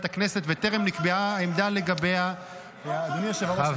הכנסת וטרם נקבעה העמדה לגביה --- נראה אותך דוחה מילואים בחודשיים.